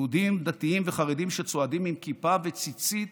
יהודים דתיים וחרדים, שצועדים עם כיפה וציצית,